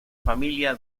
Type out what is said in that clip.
familia